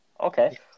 Okay